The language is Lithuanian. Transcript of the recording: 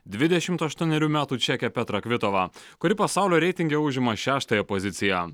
dvidešimt aštuonerių metų čekę petrą kvitovą kuri pasaulio reitinge užima šeštąją poziciją